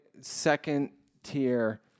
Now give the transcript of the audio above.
second-tier